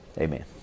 Amen